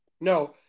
No